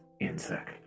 insect